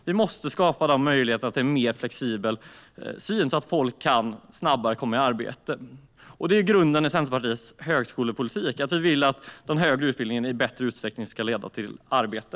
Det måste skapas möjligheter till en mer flexibel syn så att folk snabbare kommer i arbete. Det är grunden i Centerpartiets högskolepolitik att de högre utbildningarna i större utsträckning ska leda till arbete.